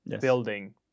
building